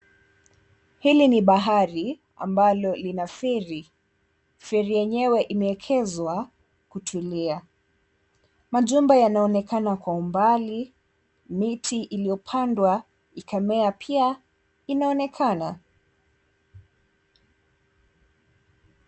Hili ni bahari ambalo lina feri. Feri yenyewe imeekezwa kutulia. Majumba yanaonekana kwa umbali, miti iliopandwa ikamea pia inaonekana.